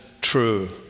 true